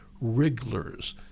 wrigglers